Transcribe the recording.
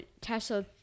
Tesla